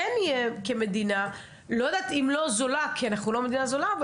גם אם אנחנו לא מדינה זולה,